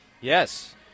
Yes